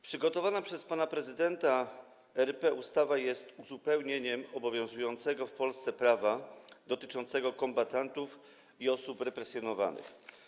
Przygotowana przez pana prezydenta RP ustawa jest uzupełnieniem obowiązującego w Polsce prawa dotyczącego kombatantów i osób represjonowanych.